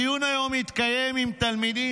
הדיון היום התקיים עם תלמידים.